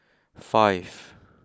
five